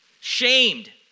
shamed